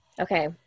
Okay